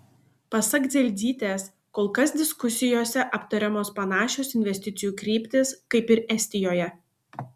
pasak dzelzytės kol kas diskusijose aptariamos panašios investicijų kryptys kaip ir estijoje